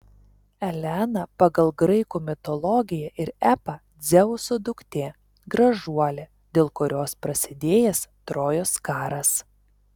elena pagal graikų mitologiją ir epą dzeuso duktė gražuolė dėl kurios prasidėjęs trojos karas